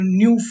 new